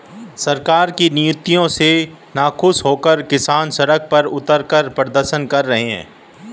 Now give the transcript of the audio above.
सरकार की नीतियों से नाखुश होकर किसान सड़क पर उतरकर प्रदर्शन कर रहे हैं